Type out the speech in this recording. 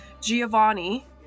Giovanni